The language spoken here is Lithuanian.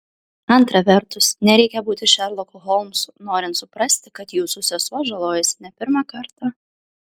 antra vertus nereikia būti šerloku holmsu norint suprasti kad jūsų sesuo žalojasi ne pirmą kartą